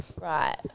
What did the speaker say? Right